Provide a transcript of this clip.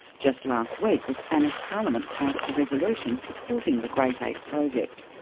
just last week the spanish parliament passed a resolution supporting the great ape project.